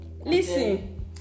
Listen